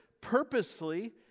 purposely